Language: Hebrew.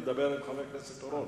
אני מדבר עם חבר הכנסת אורון.